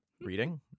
Reading